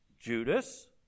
Judas